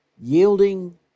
yielding